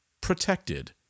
protected